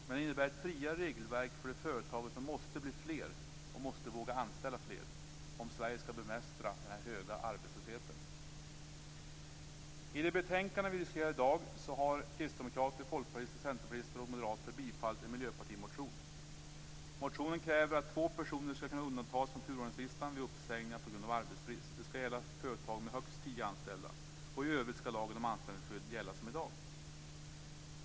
Men de innebär ett friare regelverk för de företagare som måste bli fler och måste våga anställa fler om Sverige skall bemästra den höga arbetslösheten. I det betänkande som vi diskuterar i dag har kristdemokrater, folkpartister, centerpartister och moderater bifallit en miljöpartimotion. Motionen kräver att två personer skall kunna undantas från turordningslistan vid uppsägningar på grund av arbetsbrist. Det skall gälla företag med högst tio anställda. I övrigt skall samma lag om anställningsskydd gälla som i dag.